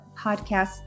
podcast